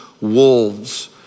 wolves